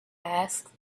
asked